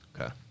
Okay